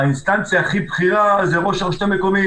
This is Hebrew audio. האינסטנציה הכי בכירה זה ראש הרשות המקומית.